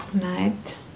night